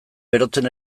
berotzen